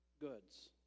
goods